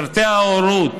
פרטי ההורות,